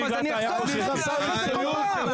מירב, יש חוברת כחולה